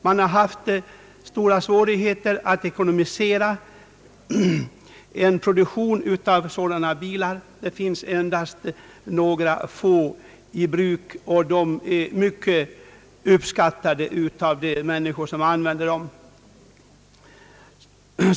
Man har haft stora svårigheter att ekonomisera en produktion av sådana bilar. Det finns endast några få i bruk, och de är mycket uppskattade av de människor som använder dem.